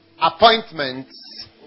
appointments